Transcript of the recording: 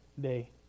day